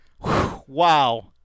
Wow